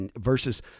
versus